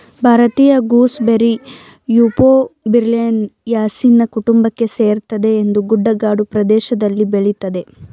ಭಾರತೀಯ gooseberry ಯುಫೋರ್ಬಿಯಾಸಿಯ ಕುಟುಂಬಕ್ಕೆ ಸೇರ್ತದೆ ಇದು ಗುಡ್ಡಗಾಡು ಪ್ರದೇಷ್ದಲ್ಲಿ ಬೆಳಿತದೆ